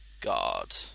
god